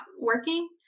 working